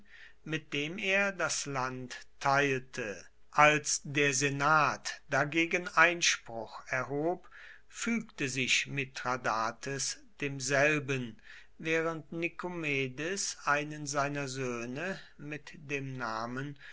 mit dem er das land teilte als der senat dagegen einspruch erhob fügte sich mithradates demselben während nikomedes einen seiner söhne mit dem namen